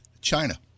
China